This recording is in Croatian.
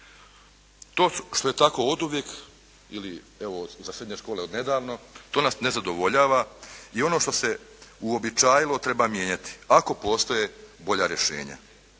To što je tako oduvijek ili evo, za srednje škole odnedavno, to nas ne zadovoljava, i ono što se uobičajilo, treba mijenjati ako postoje bolja rješenja.